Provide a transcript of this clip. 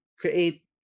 create